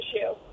issue